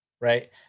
right